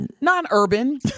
non-urban